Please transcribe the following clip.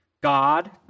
God